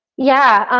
yeah,